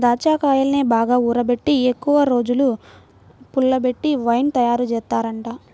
దాచ్చాకాయల్ని బాగా ఊరబెట్టి ఎక్కువరోజులు పుల్లబెట్టి వైన్ తయారుజేత్తారంట